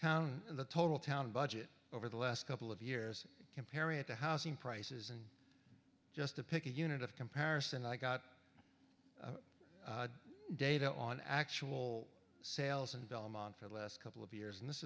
town the total town budget over the last couple of years comparing it to housing prices and just to pick a unit of comparison i got data on actual sales and belmont for the last couple of years and this